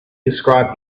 described